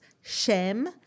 Shem